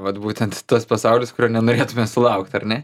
vat būtent tas pasaulis kurio nenorėtume sulaukti ar ne